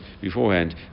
beforehand